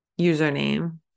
username